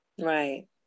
right